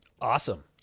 Awesome